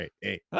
hey